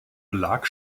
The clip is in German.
belag